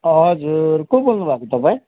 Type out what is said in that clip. हजुर को बोल्नु भएको तपाईँ